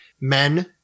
men